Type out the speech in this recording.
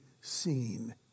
seen